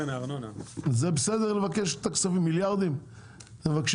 זה בסדר לבקש את הכספים, מיליארדים מבקשים?